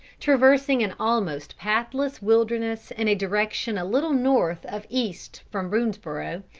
traversing an almost pathless wilderness in a direction a little north of east from boonesborough,